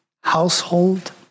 household